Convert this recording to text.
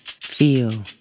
feel